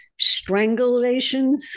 strangulations